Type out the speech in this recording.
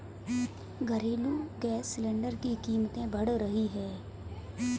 घरेलू gas cylinder की कीमतें बढ़ रही है